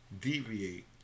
deviate